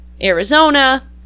Arizona